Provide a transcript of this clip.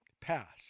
Passed